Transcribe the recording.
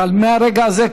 אבל מהרגע הזה,